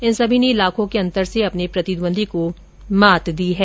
इन सभी ने लाखों के अंतर से अपने प्रतिद्वंदी को मात दी हैं